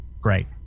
Great